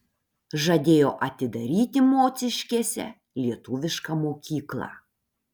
žadėjo atidaryti mociškėse lietuvišką mokyklą